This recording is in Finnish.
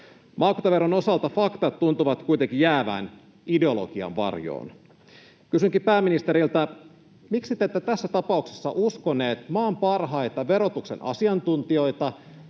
Maakuntaveron osalta faktat tuntuvat kuitenkin jäävän ideologian varjoon. Kysynkin pääministeriltä: miksi te ette tässä tapauksessa uskoneet maan parhaita verotuksen asiantuntijoita,